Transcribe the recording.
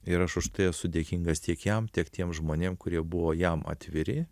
ir aš už tai esu dėkingas tiek jam tiek tiems žmonėm kurie buvo jam atviri